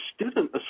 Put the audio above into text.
Student